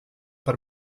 per